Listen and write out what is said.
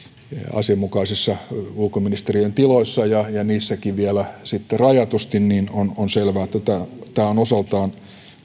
asianmukaisissa ulkoministeriön tiloissa ja ja niissäkin vielä sitten rajatusti niin on on selvää että tämä on osaltaan